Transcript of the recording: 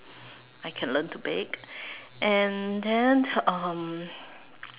I can learn to bake and then um